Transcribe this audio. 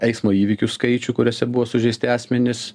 eismo įvykių skaičių kuriuose buvo sužeisti asmenys